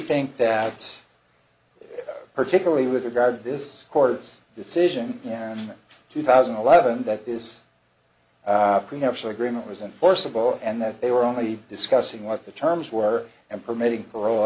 think that it's particularly with regard to this court's decision in two thousand and eleven that is a prenuptial agreement was in forcible and that they were only discussing what the terms were and permitting parole